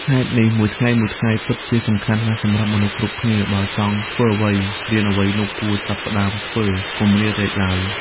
ហេតុនេះ មួយថ្ងៃៗពិតជាសំខាន់ណាស់សម្រាប់មនុស្សគ្រប់គ្នា បើចង់ធ្វើអ្វី រៀនអ្វីនោះ គួរចាប់ផ្ដើមធ្វើ កុំរារែកឡើយ។